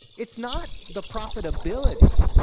it's not the profitability,